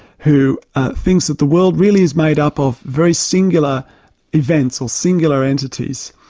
who ah thinks that the world really is made up of very singular events, or singular entities,